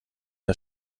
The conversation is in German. der